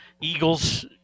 eagles